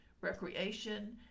recreation